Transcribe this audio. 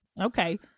okay